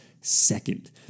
second